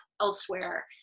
elsewhere